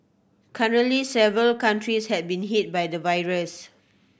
currently several countries had been hit by the virus